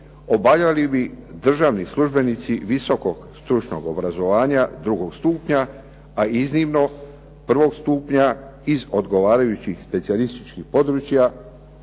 obavljali bi državni službenici visokog stručnog obrazovanja drugog stupnja, a iznimno prvog stupnja iz odgovarajućih specijalističkih područja